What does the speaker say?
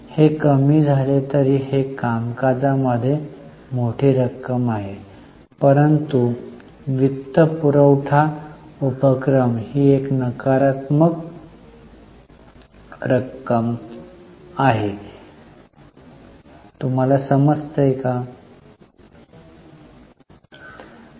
हे कमी झाले तरी हे कामकाजामध्ये मोठी रक्कम आहे परंतु वित्तपुरवठा उपक्रम ही एक नकारात्मक रक्कम आहे ती आपण मिळवत आहात